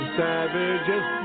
savages